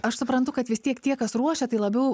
aš suprantu kad vis tiek tie kas ruošia tai labiau